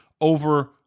over